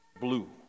blue